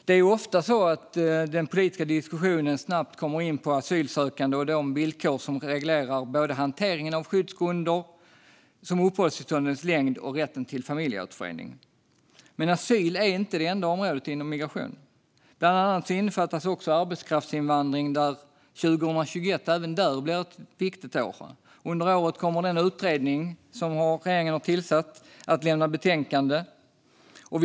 Det är ofta så att den politiska diskussionen snabbt kommer in på asylsökande och de villkor som reglerar både hanteringen av skyddsgrunder, uppehållstillståndens längd och rätten till familjeåterförening. Men asyl är inte det enda området inom migration. Bland annat innefattas också arbetskraftsinvandring, och även där blir 2021 ett viktigt år. Under året kommer den utredning som regeringen har tillsatt att lämna sitt betänkande.